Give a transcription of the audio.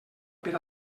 per